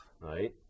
right